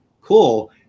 cool